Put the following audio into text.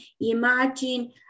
imagine